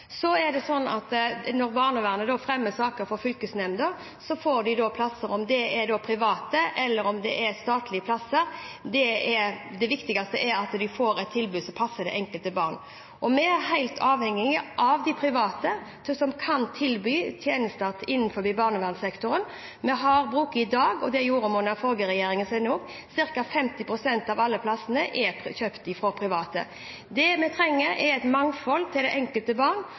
Når barnevernet fremmer saker for fylkesnemnda, får de plasser – om det er private eller statlige plasser, er ikke så viktig. Det viktigste er at de får et tilbud som passer det enkelte barn. Vi er helt avhengig av at private kan tilby tjenester innenfor barnevernsektoren. Vi kjøper plasser i dag, og det gjorde man under den forrige regjeringen også. Cirka 50 pst. av alle plassene er private. Vi trenger et mangfold for barna. Jeg har ingen problemer med å si at når det gjelder barnevernet, trenger